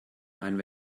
einen